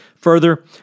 Further